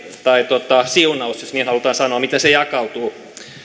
tai siunaus jos niin halutaan sanoa jakautuu